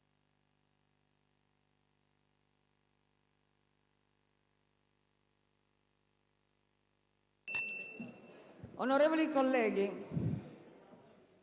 Onorevoli colleghi,